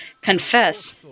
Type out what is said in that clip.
confess